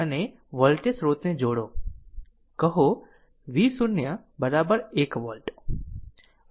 અને વોલ્ટેજ સ્રોતને જોડો કહો V0 1 વોલ્ટ